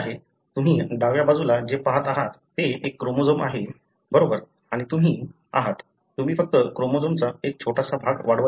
तुम्ही डाव्या बाजूला जे पहात आहात ते एक क्रोमोझोम आहे बरोबर आणि तुम्ही आहात तुम्ही फक्त क्रोमोझोमचा एक छोटासा भाग वाढवत आहात